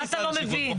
מה אתה לא מבין,